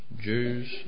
Jews